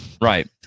Right